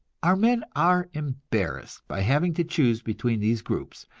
our men are embarrassed by having to choose between these groups,